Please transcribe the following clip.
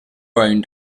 owned